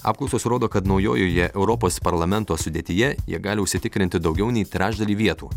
apklausos rodo kad naujojoje europos parlamento sudėtyje jie gali užsitikrinti daugiau nei trečdalį vietų